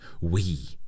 We